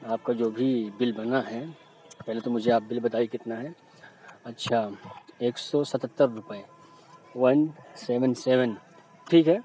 آپ کا جو بھی بل بنا ہے پہلے تو آپ مجھے بل بتائے کتنا ہے اچھا ایک سو ستہتر روپیے ون سیون سیون ٹھیک ہے